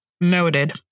Noted